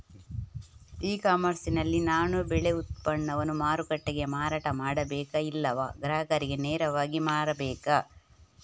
E commerce ನಲ್ಲಿ ನಾನು ಬೆಳೆ ಉತ್ಪನ್ನವನ್ನು ಮಾರುಕಟ್ಟೆಗೆ ಮಾರಾಟ ಮಾಡಬೇಕಾ ಇಲ್ಲವಾ ಗ್ರಾಹಕರಿಗೆ ನೇರವಾಗಿ ಮಾರಬೇಕಾ?